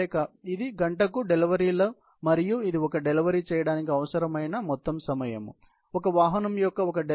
కాబట్టి ఇది గంటకు డెలివరీలు మరియు ఇది ఒక డెలివరీ చేయడానికి అవసరమైన మొత్తం సమయం కాబట్టి ఒక వాహనం యొక్క ఒక డెలివరీ